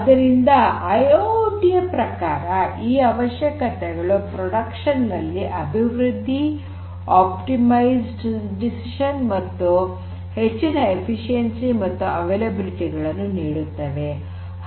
ಆದ್ದರಿಂದ ಐಐಓಟಿ ಯ ಪ್ರಕಾರ ಈ ಅವಶ್ಯಕತೆಗಳು ಪ್ರೊಡಕ್ಷನ್ ನಲ್ಲಿ ಅಭಿವೃದ್ಧಿ ಆಪ್ಟಿಮೈಜ್ಡ್ ಡಿಸಿಷನ್ ಮತ್ತು ಹೆಚ್ಚಿನ ಎಫಿಷಿಎನ್ಸಿ ಮತ್ತು ಅವೈಲಬಿಲಿಟಿ ಗಳನ್ನು ನೀಡುತ್ತವೆ